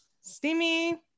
steamy